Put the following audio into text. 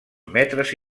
metres